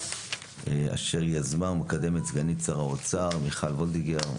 אשר יזמה ומקדמת סגנית שר האוצר מיכל וולדיגר,